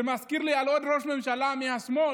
זה מזכיר לי עוד ראש ממשלה מהשמאל,